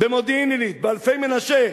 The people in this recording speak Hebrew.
במודיעין-עילית, באלפי-מנשה,